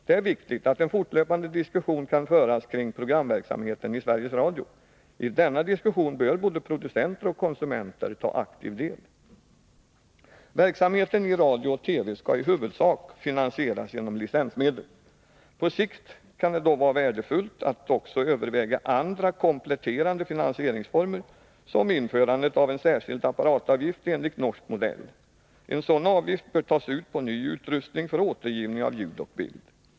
Det är viktigt att en fortlöpande diskussion kan föras kring programverksamheten i Sveriges Radio. I denna diskussion bör både producenter och konsumenter ta aktiv del. Verksamheten i radio och TV skall i huvudsak finansieras genom licensmedel. På sikt kan det dock vara värdefullt att också överväga andra kompletterande finansieringsformer, som införandet av en särskild apparatavgift enligt norsk modell. En sådan avgift bör tas ut på ny utrustning för återgivning av ljud och bild.